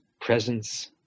presence